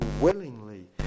willingly